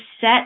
set